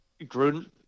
Gruden